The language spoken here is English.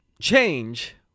change